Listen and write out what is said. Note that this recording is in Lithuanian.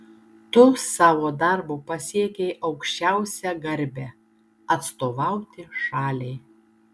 tu savo darbu pasiekei aukščiausią garbę atstovauti šaliai